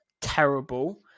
terrible